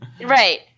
Right